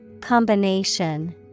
Combination